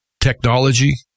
technology